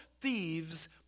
thieves